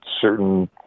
certain